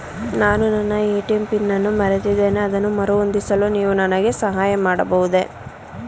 ನಾನು ನನ್ನ ATM pin ಅನ್ನು ಮರೆತಿದ್ದೇನೆ ಅದನ್ನು ಮರುಹೊಂದಿಸಲು ನೀವು ನನಗೆ ಸಹಾಯ ಮಾಡಬಹುದೇ?